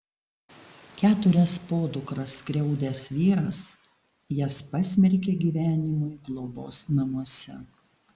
keturias podukras skriaudęs vyras jas pasmerkė gyvenimui globos namuose